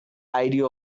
idea